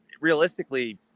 realistically